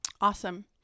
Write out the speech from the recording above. Awesome